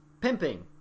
pimping